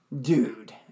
Dude